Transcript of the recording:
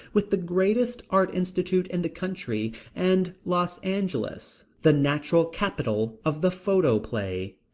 with the greatest art institute in the country, and los angeles, the natural capital of the photoplay.